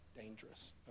dangerous